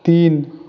তিন